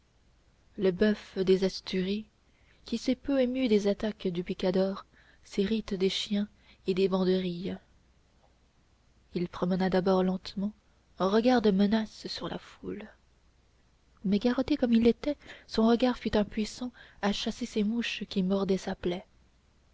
le boeuf des asturies qui s'est peu ému des attaques du picador s'irrite des chiens et des banderilles il promena d'abord lentement un regard de menace sur la foule mais garrotté comme il l'était son regard fut impuissant à chasser ces mouches qui mordaient sa plaie